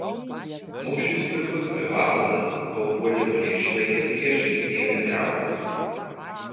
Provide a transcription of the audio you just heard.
mūšis truko dvi valandas kol puolimo neišlaikę priešai ėmė trauktis